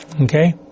Okay